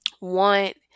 want